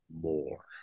more